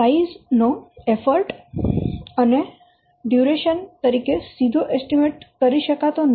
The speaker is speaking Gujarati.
સાઈઝ નો એફર્ટ અને ખર્ચ ડ્યુરેશન તરીકે સીધો એસ્ટીમેટ કરી શકાતો નથી